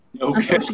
Okay